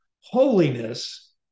Holiness